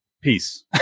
peace